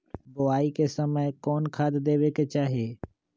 बोआई के समय कौन खाद देवे के चाही?